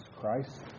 Christ